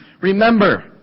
Remember